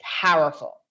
powerful